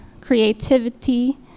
creativity